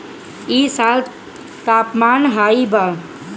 इ साल तापमान हाई बा